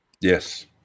Yes